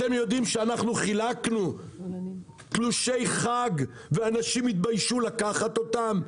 אתם יודעים שאנחנו חילקנו תלושי חג ואנשים התביישו לקחת אותם?